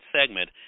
segment